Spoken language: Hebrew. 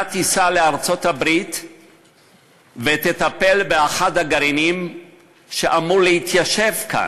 אתה תיסע לארצות-הברית ותטפל באחד הגרעינים שאמור להתיישב כאן.